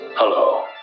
Hello